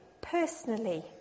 personally